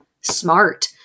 smart